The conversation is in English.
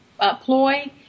ploy